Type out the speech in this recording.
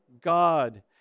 God